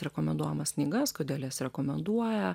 rekomenduojamas knygas kodėl jas rekomenduoja